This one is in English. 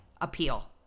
Appeal